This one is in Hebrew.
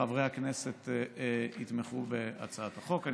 שחברי הכנסת יתמכו בהצעת החוק.